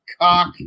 Cock